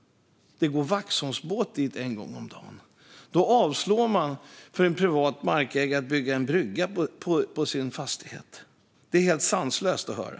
En privat markägare får alltså avslag på sin ansökan om att bygga en brygga på sin egen fastighet. Det är helt sanslöst att höra!